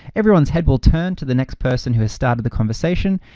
everyone's head will turn to the next person who has started the conversation.